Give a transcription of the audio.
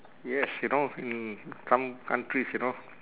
yes you know in some countries you know